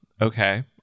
Okay